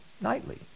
nightly